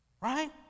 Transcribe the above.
Right